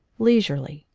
leisurely,